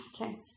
okay